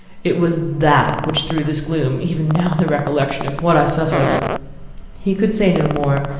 it was that which threw this gloom even now the recollection of what i suffered he could say no more,